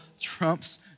trumps